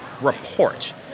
report